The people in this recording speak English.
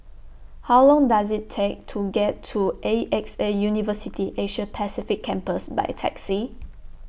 How Long Does IT Take to get to A X A University Asia Pacific Campus By Taxi